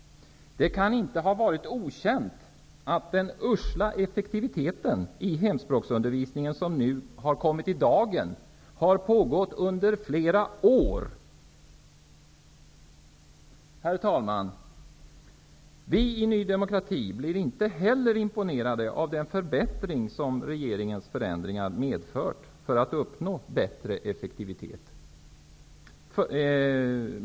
Det kan inte ha varit okänt att den usla effektiviteten i hemspråksundervisningen som nu har kommit i dagen har pågått i flera år. Herr talman! Vi i Ny demokrati blir inte heller imponerade av den förbättring som regeringens förändringar har medfört för att uppnå bättre effektivitet.